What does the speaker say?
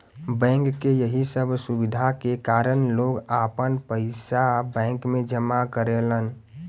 bank के यही सब सुविधा के कारन लोग आपन पइसा बैंक में जमा करेलन